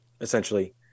essentially